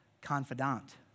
confidant